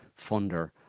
funder